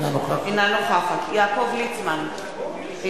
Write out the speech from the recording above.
אינה נוכחת יעקב ליצמן,